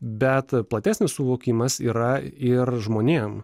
bet platesnis suvokimas yra ir žmonėm